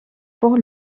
pour